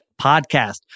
podcast